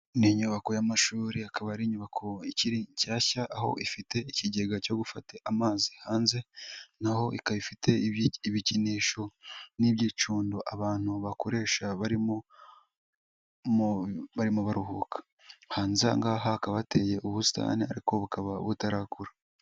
Ni inyubako y'amashuri ikaba ari inyubako ikiri nshyashya aho ifite ikigega cyo gufata amazi hanze, naho ikaba ifite ibikinisho n'iby'icundo abantu bakoresha barimo baruhuka, hanze aha ngaha hakaba hateye ubusitani ariko bukaba butarakura.